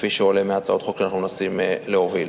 כפי שעולה מהצעות חוק שאנחנו מנסים להוביל.